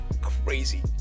crazy